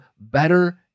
better